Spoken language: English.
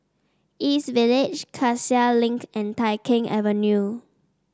East Village Cassia Link and Tai Keng Avenue